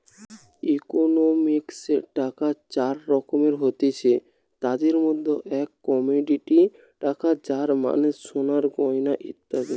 ইকোনমিক্সে টাকার চার রকম হতিছে, তাদির মধ্যে এক কমোডিটি টাকা যার মানে সোনার গয়না ইত্যাদি